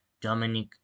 Dominic